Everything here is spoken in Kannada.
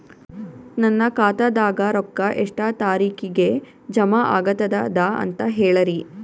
ನನ್ನ ಖಾತಾದಾಗ ರೊಕ್ಕ ಎಷ್ಟ ತಾರೀಖಿಗೆ ಜಮಾ ಆಗತದ ದ ಅಂತ ಹೇಳರಿ?